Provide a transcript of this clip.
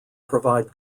provide